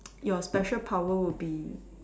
your special power would be